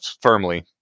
firmly